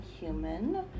Human